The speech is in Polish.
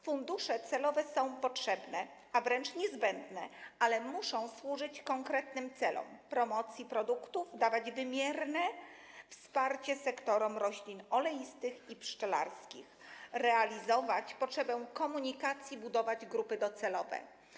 Fundusze celowe są potrzebne, a wręcz niezbędne, ale muszą służyć konkretnym celom: promocji produktów, dawać wymierne wsparcie sektorom roślin oleistych i pszczelarskiemu, realizować potrzebę komunikacji, budować grupy docelowe.